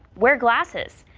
wear glasses.